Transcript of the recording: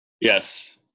Yes